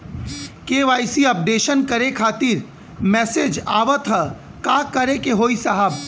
KYC updation करें खातिर message आवत ह का करे के होई साहब?